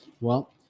Well-